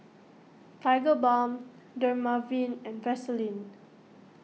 Tigerbalm Dermaveen and Vaselin